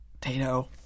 Tato